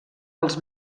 als